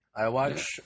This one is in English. iWatch